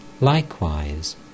Likewise